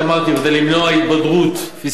בכדי למנוע התבדרות פיסקלית,